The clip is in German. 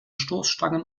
stoßstangen